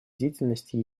деятельности